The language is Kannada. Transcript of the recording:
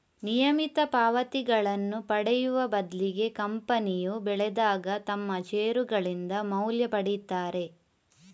ನಿಯಮಿತ ಪಾವತಿಗಳನ್ನ ಪಡೆಯುವ ಬದ್ಲಿಗೆ ಕಂಪನಿಯು ಬೆಳೆದಾಗ ತಮ್ಮ ಷೇರುಗಳಿಂದ ಮೌಲ್ಯ ಪಡೀತಾರೆ